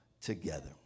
together